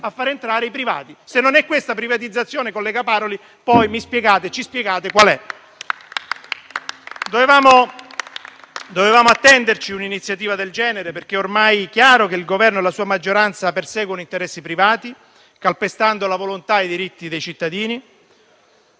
a far entrare i privati. Se non è questa privatizzazione, collega Paroli, poi ci spiegate cos'è. Dovevamo attenderci un'iniziativa del genere, perché è ormai chiaro che il Governo e la sua maggioranza perseguono interessi privati, calpestando la volontà e i diritti dei cittadini,